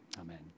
Amen